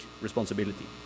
responsibility